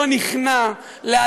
במדינה דמוקרטית,